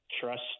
trust